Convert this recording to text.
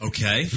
Okay